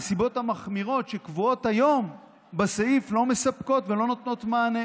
הנסיבות המחמירות שקבועות היום בסעיף לא מספקות ולא נותנות מענה?